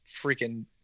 freaking